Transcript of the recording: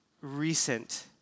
recent